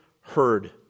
heard